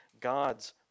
God's